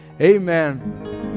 Amen